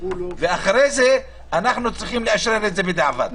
ואחר זה אנחנו צריכים לאשרר את זה בדיעבד.